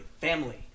family